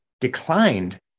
declined